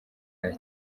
cyane